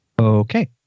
Okay